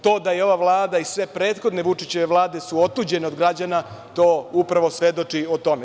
To da je ova Vlada i sve prethodne Vučićeve vlade su otuđene od građana, to upravo svedoči o tome.